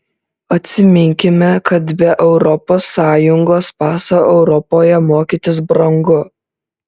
atsiminkime kad be europos sąjungos paso europoje mokytis brangu